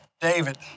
david